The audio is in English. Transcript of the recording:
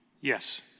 Yes